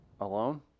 Alone